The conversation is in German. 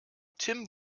tim